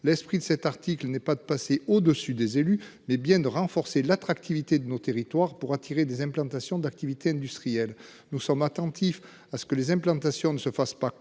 L'esprit de cet article n'est pas de passer au-dessus des élus mais bien de renforcer l'attractivité de nos territoires pour attirer des implantations d'activités industrielles. Nous sommes attentifs à ce que les implantations ne se fasse pas contre